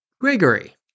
Gregory